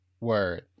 word